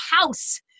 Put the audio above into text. house